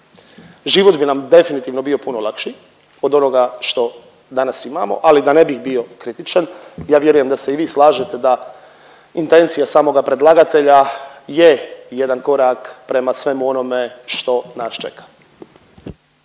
Život bi nam definitivno bio puno lakši od onoga što danas imamo, ali da ne bih bio kritičan ja vjerujem da se i vi slažete da intencija samoga predlagatelja je jedan korak prema svemu onome što nas čeka.